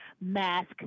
mask